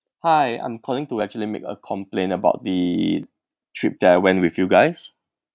hi I'm calling to actually make a complain about the trip that I went with you guys